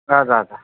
हजुर हजुर